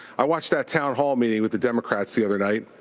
i watched that town hall meeting with the democrats the other night,